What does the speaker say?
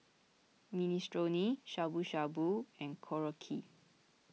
Minestrone Shabu Shabu and Korokke